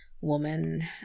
woman